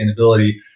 sustainability